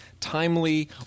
timely